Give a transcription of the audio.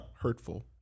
Hurtful